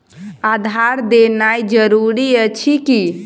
आधार देनाय जरूरी अछि की?